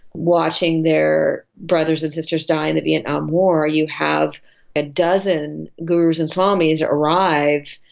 watching their brothers and sisters die in the vietnam war, you have a dozen gurus and swamis arrive,